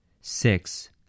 six